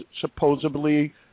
supposedly